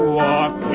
walk